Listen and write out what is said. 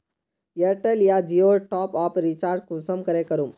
Airtel या जियोर top up recharge कुंसम करे करूम?